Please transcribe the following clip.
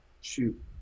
shoot